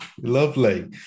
Lovely